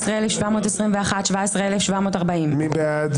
17,361 עד 17,380. מי בעד?